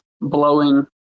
blowing